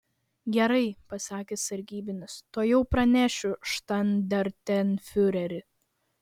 gerai pasakė sargybinis tuojau pranešiu štandartenfiureri